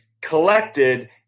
collected